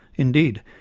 indeed,